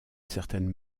certaine